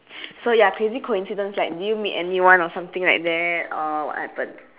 so ya crazy coincidence like did you meet anyone or something like that or what happened